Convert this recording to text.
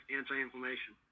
anti-inflammation